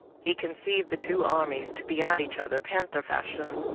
he conceived the two armies to be at each other panther fashion.